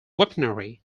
weaponry